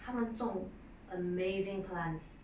他们种 amazing plants